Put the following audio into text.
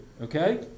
okay